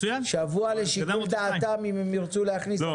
שבוע לשיקול דעתם, אם הם ירצו להכניס.